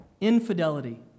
Infidelity